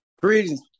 greetings